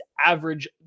average